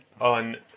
on